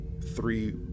three